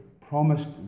promised